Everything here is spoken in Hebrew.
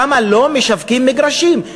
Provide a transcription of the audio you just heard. שם לא משווקים מגרשים.